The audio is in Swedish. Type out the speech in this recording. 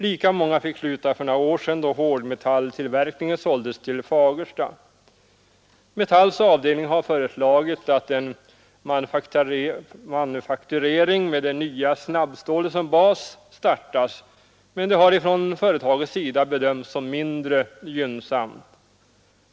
Lika många fick sluta för några år sedan, då hårdmetalltillverkningen såldes till Fagersta. Metalls avdelning har föreslagit att annan manufakturering med det nya snabbstålet som bas startas, men det har från företagets sida bedömts som mindre gynnsamt.